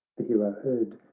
the hero heard,